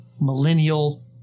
millennial